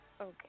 Okay